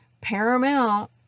paramount